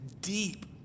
deep